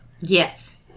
Yes